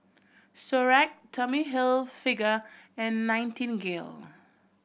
Xorex Tommy Hilfiger and Nightingale